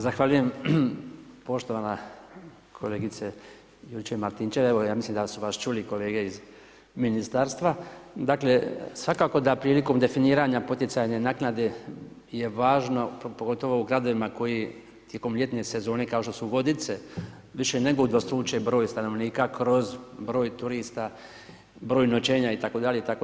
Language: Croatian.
Zahvaljujem poštovana kolega Juričev Martinčev, evo, ja mislim da su vas čuli kolege iz ministarstva, dakle, svakako da prilikom definiranja poticajne naknade, je važno, pogotovo u gradovima koji tijekom ljetne sezone, kao što su vodice, više nego udvostruči br. stanovnika kroz broj turista, broj noćenja itd. itd.